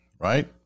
Right